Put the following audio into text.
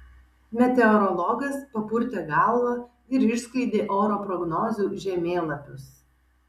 meteorologas papurtė galvą ir išskleidė oro prognozių žemėlapius